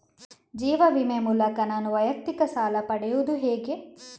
ಜೀವ ವಿಮೆ ಮೂಲಕ ನಾನು ವೈಯಕ್ತಿಕ ಸಾಲ ಪಡೆಯುದು ಹೇಗೆ?